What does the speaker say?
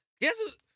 Guess